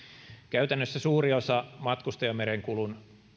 käytännössä suuri osa matkustajamerenkulun